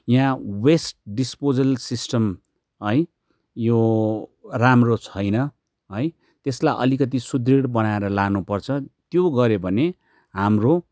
यहाँ waste disposal system है यो राम्रो छैन है त्यसलाई अलिकति सुदृढ बनााएर लानुपर्छ त्यो गऱ्यो भने हाम्रो